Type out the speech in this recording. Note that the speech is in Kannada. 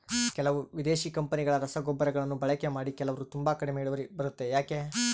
ಕೆಲವು ವಿದೇಶಿ ಕಂಪನಿಗಳ ರಸಗೊಬ್ಬರಗಳನ್ನು ಬಳಕೆ ಮಾಡಿ ಕೆಲವರು ತುಂಬಾ ಕಡಿಮೆ ಇಳುವರಿ ಬರುತ್ತೆ ಯಾಕೆ?